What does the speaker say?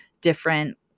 different